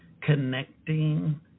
connecting